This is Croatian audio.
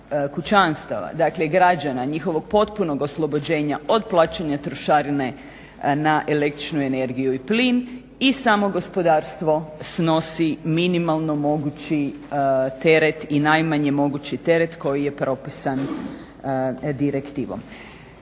kućanstava, dakle građana njihovog potpunog oslobođenja od plaćanja trošarine na električnu energiju i plin i samo gospodarstvo snosi minimalno mogući teret i najmanje mogući teret koji je propisan direktivom.